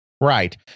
Right